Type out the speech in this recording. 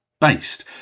based